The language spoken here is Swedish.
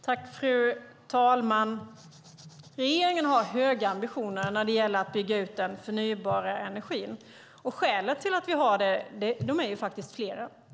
Fru talman! Regeringen har höga ambitioner när det gäller att bygga ut den förnybara energin. Skälen till att vi har det är flera.